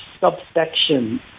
subsection